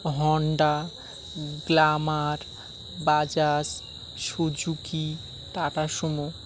Honda Glamour Bajaj Suzuki Tata Sumo